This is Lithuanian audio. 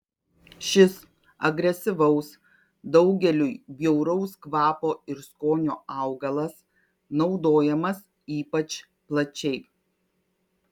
šis agresyvaus daugeliui bjauraus kvapo ir skonio augalas naudojamas ypač plačiai